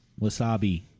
Wasabi